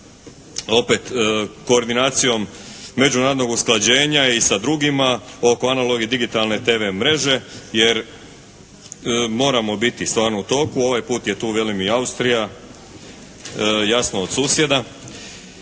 opet koordinacijom međunarodnog usklađenja i sa drugima oko analogne i digitalne TV mreže jer moramo biti stvarno u toku. Ovaj put je tu velim i Austrija, jasno od susjeda.